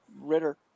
Ritter